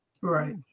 Right